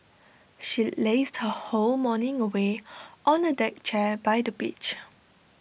she lazed her whole morning away on A deck chair by the beach